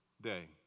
day